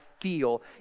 feel